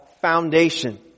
foundation